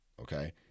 Okay